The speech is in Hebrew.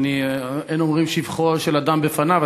אין אומרים שבחו של אדם בפניו,